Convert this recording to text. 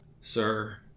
Sir